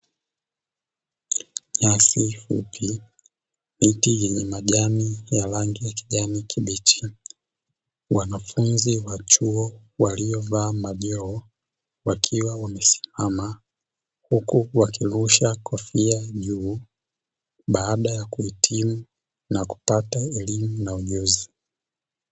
Nyasi fupi, miti yenye majani ya rangi ya kijani kibichi, wanafunzi wa chuo waliovaa majoho wakiwa wamesimama huku wakirusha kofia juu, baada ya kuhitimu na kupata elimu na ujuzi.